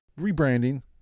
rebranding